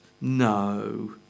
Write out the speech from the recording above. No